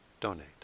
donate